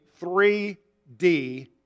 3D